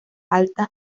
alta